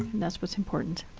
and that's what's important.